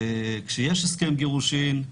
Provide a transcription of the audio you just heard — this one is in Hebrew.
כשיש הסכם גירושין,